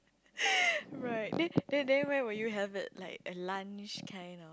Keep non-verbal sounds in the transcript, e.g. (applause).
(laughs) right then then where will you have it like lunch kind or